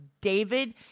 David